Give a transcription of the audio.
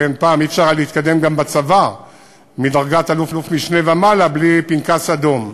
פעם לא היה אפשר להתקדם גם בצבא מדרגת אלוף-משנה ומעלה בלי פנקס אדום.